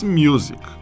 music